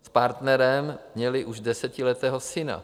S partnerem měli už desetiletého syna.